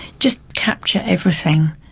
just capture everything